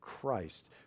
Christ